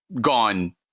gone